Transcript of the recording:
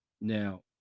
Now